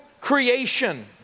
creation